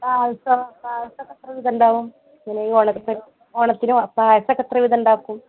പായസമോ പായസൊക്കെ എത്രവിധം ഉണ്ടാകും പിന്നെ ഈ ഓണ ഓണത്തിന് പായസമൊക്കെ എത്രവിധം ഉണ്ടാക്കും